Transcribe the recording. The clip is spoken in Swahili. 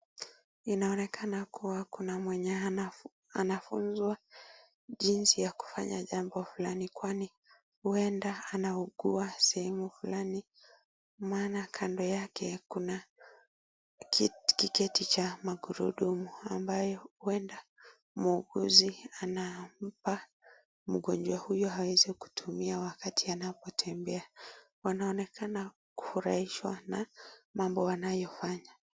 Inaonekana kuwa kuna mwenye anafunzwa jinsi ya kufanya jambo flani, kwani huenda anaugua sehemu flani maana kando yake kuna kiketi cha magurudumu ambayo huenda muuguzi anampa mgonjwa huyo aweze kutumia wakati anapotembea. Wanaonekana kufurahishwa na mambo wanayofanya.